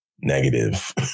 negative